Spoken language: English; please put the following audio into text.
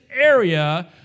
area